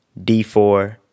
d4